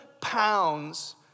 pounds